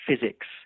physics